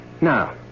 Now